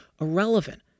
irrelevant